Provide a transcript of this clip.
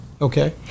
Okay